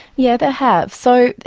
yeah there have. so,